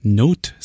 note